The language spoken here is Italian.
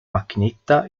macchinetta